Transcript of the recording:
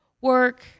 Work